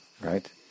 right